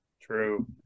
True